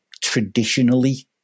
traditionally